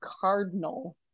cardinal